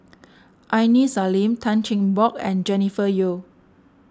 Aini Salim Tan Cheng Bock and Jennifer Yeo